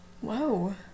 Whoa